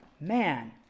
man